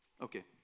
Okay